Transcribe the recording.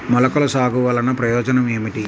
మొలకల సాగు వలన ప్రయోజనం ఏమిటీ?